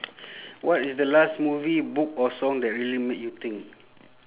what is the last movie book or song that really made you think